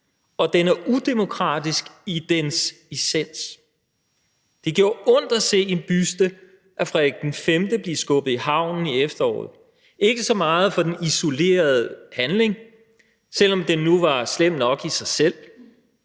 og den er udemokratisk i dens essens. Det gjorde ondt at se en buste af Frederik V blive skubbet i havnen i efteråret – ikke så meget for den isolerede handling, selv om den nu var slem nok i sig selv.